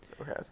Okay